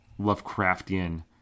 Lovecraftian